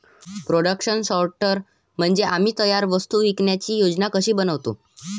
production sorter म्हणजे आम्ही तयार वस्तू विकण्याची योजना कशी बनवतो